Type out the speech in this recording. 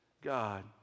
god